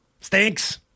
stinks